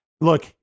Look